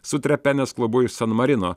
su trepenės klubu iš san marino